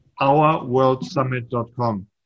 Ourworldsummit.com